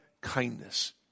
kindness